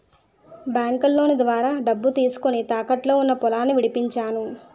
బాంకులోను ద్వారా డబ్బు తీసుకొని, తాకట్టులో ఉన్న పొలాన్ని విడిపించేను